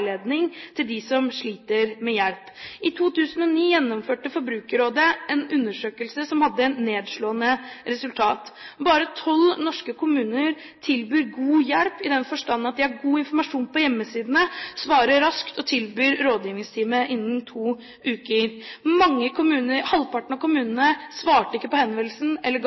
til dem som sliter. I 2009 gjennomførte Forbrukerrådet en undersøkelse som hadde et nedslående resultat. Bare 12 norske kommuner tilbyr god hjelp i den forstand at de har god informasjon på hjemmesidene, svarer raskt og tilbyr rådgivningstime innen to uker. Halvparten av kommunene svarte ikke på henvendelsen eller ga